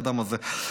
האדם הזה.